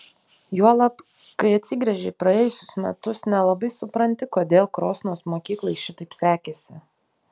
juolab kai atsigręži į praėjusius metus nelabai supranti kodėl krosnos mokyklai šitaip sekėsi